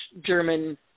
German